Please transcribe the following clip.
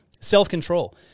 self-control